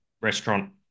restaurant